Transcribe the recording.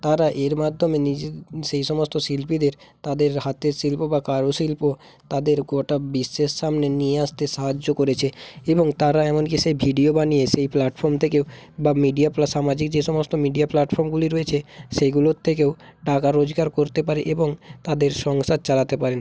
তারা এর মাধ্যমে নিজে সেই সমস্ত শিল্পীদের তাদের হাতে শিল্প বা কারুশিল্প তাদের গোটা বিশ্বের সামনে নিয়ে আসতে সাহায্য করেছে এবং তারা এমন কি সেই ভিডিও বানিয়ে সেই প্ল্যাটফর্ম থেকেও বা মিডিয়া প্লা সামাজিক যে সমস্ত মিডিয়া প্ল্যাটফর্মগুলি রয়েছে সেইগুলোর থেকেও টাকা রোজগার করতে পারে এবং তাদের সংসার চালাতে পারেন